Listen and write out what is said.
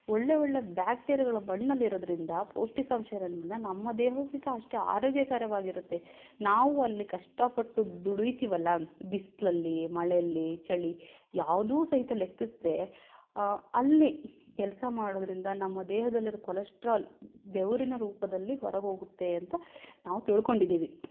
ಒಳ್ಳೆ ಒಳ್ಳೆಯ ಬ್ಯಾಕ್ಟಿರಿಯಾಗಳು ಮಣ್ಣಲ್ಲಿರೋದ್ರಿಂದ ಪೌಷ್ಟಿಕಾಂಶ ಇರೋದರಿಂದ ನಮ್ಮ ದೇಹವು ಸಹಿತ ಅಷ್ಟೇ ಆರೋಗ್ಯಕರವಾಗಿರುತ್ತೆ ನಾವು ಅಲ್ಲಿ ಕಷ್ಟಪಟ್ಟು ದುಡೀತೀವಲ್ಲ ಬಿಸಿಲಲ್ಲಿ ಮಳೆಯಲ್ಲಿ ಚಳಿ ಯಾವುದೂ ಸಹಿತ ಲೆಕ್ಕಿಸದೆ ಅಲ್ಲಿ ಕೆಲಸ ಮಾಡೋದ್ರಿಂದ ನಮ್ಮ ದೇಹದಲ್ಲಿರೋ ಕೊಲೆಸ್ಟ್ರಾಲ್ ಬೆವರಿನ ರೂಪದಲ್ಲಿ ಹೊರಹೋಗುತ್ತೆ ಅಂತ ನಾವು ತಿಳ್ಕೊಂಡಿದ್ದೀವಿ